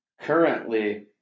currently